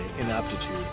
inaptitude